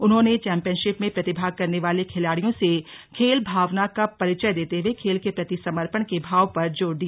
उन्होंने चौंपियनशिप में प्रतिभाग करने वाले खिलाड़ियों से खेल भावना का परिचय देते हुए खेल के प्रति समर्पण के भाव पर जोर दिया